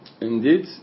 Indeed